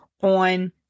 on